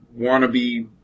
wannabe